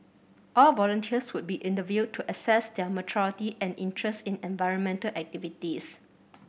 all volunteers would be interviewed to assess their maturity and interest in environmental activities